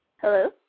Hello